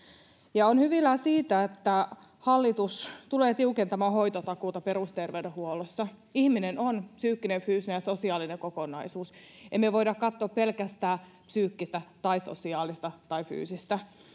ja olen hyvilläni siitä että hallitus tulee tiukentamaan hoitotakuuta perusterveydenhuollossa ihminen on psyykkinen fyysinen ja sosiaalinen kokonaisuus emme me voi katsoa pelkästään psyykkistä tai sosiaalista tai fyysistä